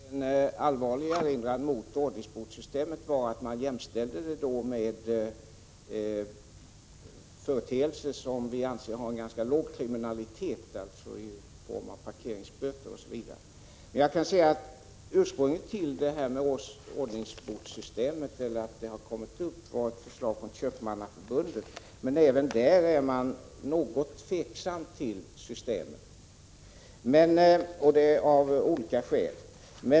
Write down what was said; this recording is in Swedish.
Herr talman! En allvarlig erinran mot ordningsbotssystemet var att man jämställde det med företeelser som vi anser vara uttryck för en ganska låg kriminalitet — parkeringsböter osv. Men anledningen till att frågan om ordningsbotssystemet kommit upp var ett förslag från Köpmannaförbundet. Även där är man numera något tveksam till systemet, och detta av olika skäl.